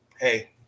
hey